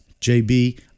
JB